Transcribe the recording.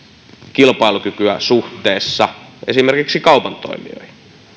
kilpailukykyä suhteessa esimerkiksi kaupan toimijoihin